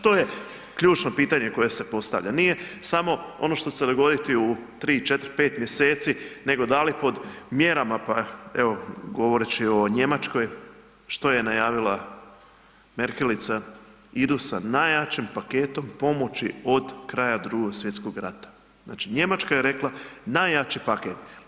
To je ključno pitanje koje se postavlja, nije samo ono što će se dogoditi u 3,4,5 mjeseci nego da li pod mjerama evo govoreći o Njemačkoj što je najavila Merkelica, idu sa najjačim paketom pomoći od kraja Drugog svjetskog rata, znači Njemačka je rekla najjači paket.